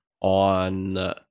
on